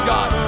God